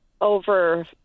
over